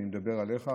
אני מדבר עליך,